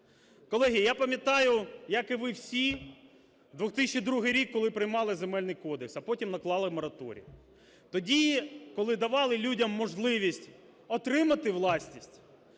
Колеги, я пам'ятаю, як і ви всі, 2002 рік, коли приймали Земельний кодекс, а потім наклали мораторій. Тоді, коли давали людям можливість отримати власність,